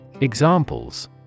Examples